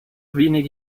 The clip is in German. wenige